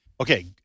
Okay